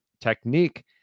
technique